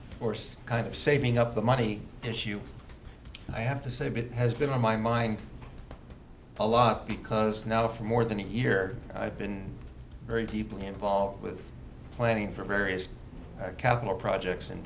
course kind of saving up the money issue i have to say but it has been on my mind a lot because now for more than a year i've been very deeply involved with planning for various capital projects in